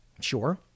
sure